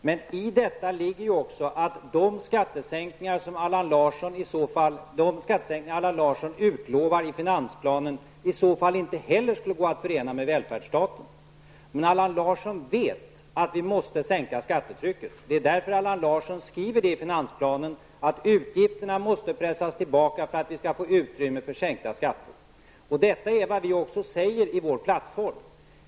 Men i detta ligger också att de skattesänkningar som Allan Larsson utlovar i finansplanan i så fall inte heller skulle gå att förena med välfärdsstaten. Men Allan Larsson vet att vi måste sänka skattetrycket. Det är därför Allan Larsson skriver i finansplanen att utgifterna måste pressas tillbaka för att vi skall få utrymme för sänkta skatter. Detta är också vad vi säger i vår plattform.